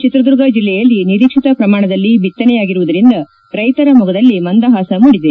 ಚಿತ್ರದುರ್ಗ ಜಿಲ್ಲೆಯಲ್ಲಿ ನಿರೀಕ್ಷಿತ ಪ್ರಮಾಣದಲ್ಲಿ ಬಿತ್ತನೆಯಾಗಿರುವುದರಿಂದ ರೈತರ ಮೊಗದಲ್ಲಿ ಮಂದಹಾಸ ಮೂಡಿದೆ